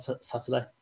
Saturday